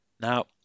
Now